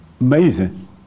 Amazing